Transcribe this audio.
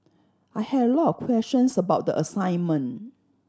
I had a lot questions about the assignment